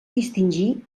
distingir